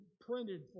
printed